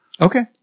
Okay